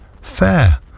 fair